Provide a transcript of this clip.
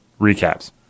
recaps